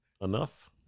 Enough